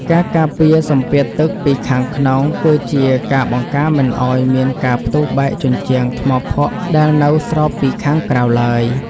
ការការពារសម្ពាធទឹកពីខាងក្នុងគឺជាការបង្ការមិនឱ្យមានការផ្ទុះបែកជញ្ជាំងថ្មភក់ដែលនៅស្រោបពីខាងក្រៅឡើយ។